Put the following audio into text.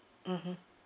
mmhmm